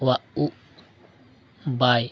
ᱩᱵ ᱵᱟᱭ